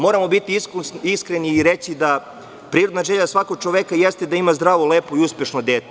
Moramo biti iskreni i reći da je prirodna želja svakog čoveka da ima zdravo, lepo i uspešno dete.